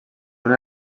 una